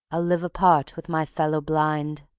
i'll live apart with my fellow-blind,